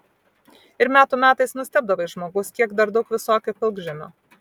ir metų metais nustebdavai žmogus kiek dar daug visokio pilkžemio